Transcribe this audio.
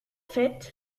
fait